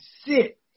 sit